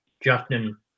Justin